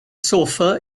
sofa